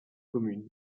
commune